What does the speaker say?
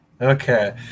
Okay